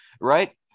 Right